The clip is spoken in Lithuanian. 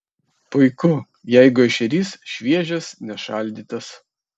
puiku jeigu ešerys šviežias ne šaldytas